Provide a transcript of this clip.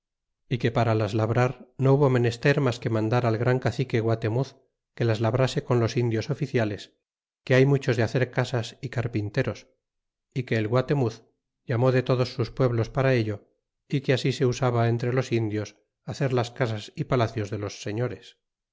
é que para las labrar no hubo menester mas de mandar al gran cacique guatemuz que las labrase con los indios oficiales que hay muchos de hacer casas ó carpinteros é que el guatemuz llamó de todos sus pueblos para ello é que así se usaba entre los indios hacer las casas y palacios de los señores